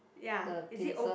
the pincer